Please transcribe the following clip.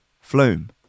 Flume